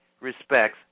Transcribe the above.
respects